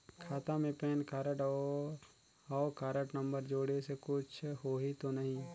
खाता मे PAN card और हव कारड नंबर जोड़े से कुछ होही तो नइ?